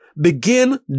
begin